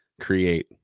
create